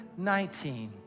19